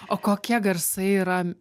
o kokie garsai yra